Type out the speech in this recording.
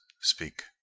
Speak